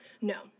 No